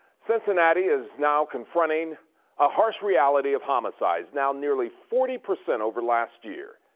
cincinnati is now confronting ah, harsh reality of homicides now nearly forty percent over last year.